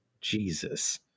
Jesus